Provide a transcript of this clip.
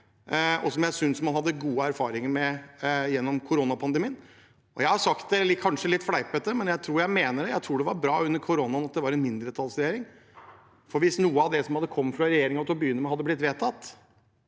noe jeg synes man hadde gode erfaringer med gjennom koronapandemien. Jeg har sagt det – kanskje litt fleipete – at jeg tror det var bra under koronaen at det var en mindretallsregjering, for hvis noe av det som kom fra regjeringen til å begynne med hadde blitt vedtatt,